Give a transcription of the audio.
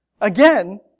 Again